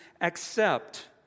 accept